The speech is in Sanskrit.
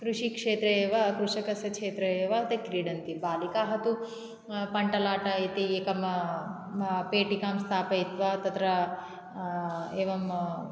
कृषिक्षेत्रे एव कृषकस्य छेत्रे एव ते क्रीडन्ति बालिकाः तु पण्टलाटा इति एकं पेटीकां स्थापायित्वा तत्र एवं